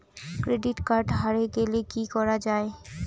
Credit card হারে গেলে কি করা য়ায়?